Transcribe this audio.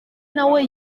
nawe